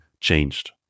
changed